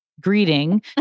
greeting